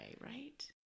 right